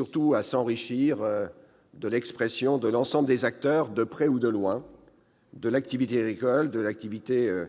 entendre et à s'enrichir de l'expression de l'ensemble des acteurs concernés, de près ou de loin, par les activités agricoles et par